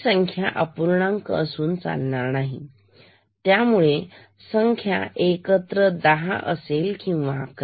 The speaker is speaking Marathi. संख्या ही अपूर्णांक असून चालणार नाहीतत्यामुळं संख्या एकत्र 10 असेल किंवा 11